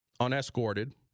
unescorted